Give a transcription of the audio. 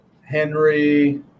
Henry